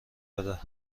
بده